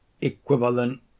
equivalent